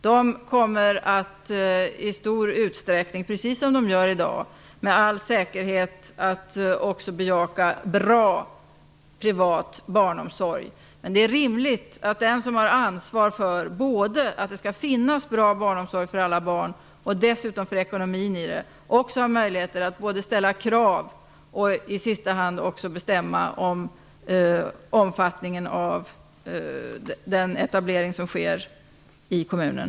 De kommer i stor utsträckning, precis som de gör i dag, med all säkerhet att också bejaka bra privat barnomsorg. Men det är rimligt att den som har ansvar för både att det skall finnas bra barnomsorg för alla barn och dessutom ekonomin i det också har rätt att ställa krav och i sista hand bestämma om omfattningen av den etablering som sker i kommunen.